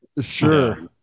sure